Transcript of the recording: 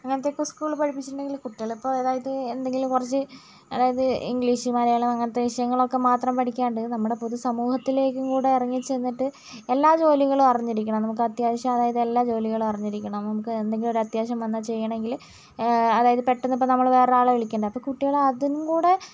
അങ്ങനത്തെയൊക്കെ സ്ക്കൂളിൽ പഠിപ്പിച്ചിട്ടുണ്ടെങ്കിൽ കുട്ടികളിപ്പം അതായത് എന്തെങ്കിലും കുറച്ച് അതായത് ഇംഗ്ലീഷ് മലയാളം അങ്ങനത്തെ വിഷയങ്ങളൊക്കെ മാത്രം പഠിക്കാണ്ട് നമ്മുടെ പൊതുസമൂഹത്തിലേക്കും കൂടെ ഇറങ്ങി ചെന്നിട്ട് എല്ലാ ജോലികളും അറിഞ്ഞിരിക്കണം നമുക്ക് അത്യാവശ്യം അതായത് എല്ലാ ജോലികളും അറിഞ്ഞിരിക്കണം നമുക്ക് എന്തെങ്കിലും ഒരു അത്യാവശ്യം വന്നാൽ ചെയ്യണമെങ്കിൽ അതായത് പെട്ടെന്നിപ്പം നമ്മൾ വേറൊരാളെ വിളിക്കേണ്ടെ അപ്പം കുട്ടികളെ അതുംകൂടി